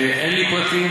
אין לי פרטים,